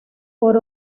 por